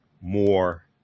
more